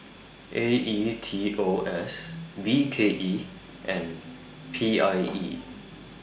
A E T O S B K E and P I E